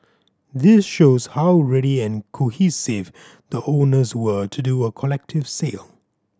this shows how ready and cohesive the owners were to do a collective sale